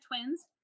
twins